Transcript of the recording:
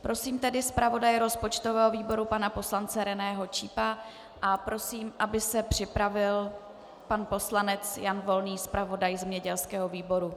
Prosím tedy zpravodaje rozpočtového výboru, pana poslance Reného Čípa, a prosím, aby se připravil pan poslanec Jan Volný, zpravodaj zemědělského výboru.